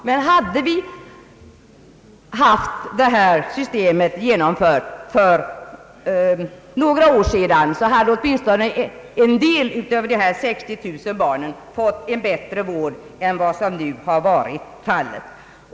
Men hade vi haft detta system genomfört redan för några år sedan, hade åtminstone en del av de 60 000 barnen fått bättre vård än vad som har varit fallet.